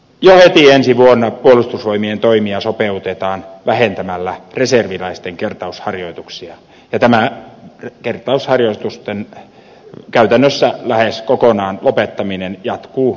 jo heti ensi vuonna puolustusvoimien toimia sopeutetaan vähentämällä reserviläisten kertausharjoituksia ja tämä kertausharjoitusten käytännössä lähes kokonaan lopettaminen jatkuu vuosikaudet eteenpäin